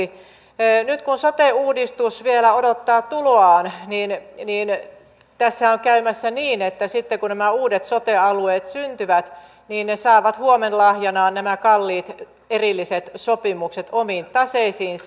nyt kun sote uudistus vielä odottaa tuloaan niin tässä on käymässä niin että sitten kun nämä uudet sote alueet syntyvät niin ne saavat huomenlahjanaan nämä kalliit erilliset sopimukset omiin taseisiinsa